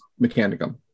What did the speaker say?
mechanicum